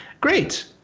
great